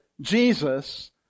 Jesus